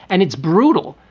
and it's brutal.